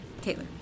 Taylor